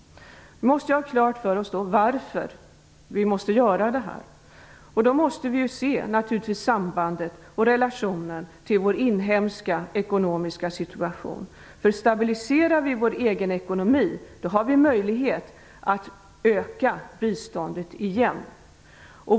Vi måste ha klart för oss varför vi måste göra detta. Då måste vi se sambandet och relationen till vår inhemska ekonomiska situation. Om vi stabiliserar vår egen ekonomi har vi möjlighet att öka biståndet igen.